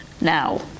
now